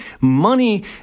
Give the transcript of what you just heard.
money